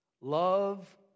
Love